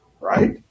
right